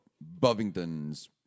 Bovington's